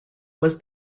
was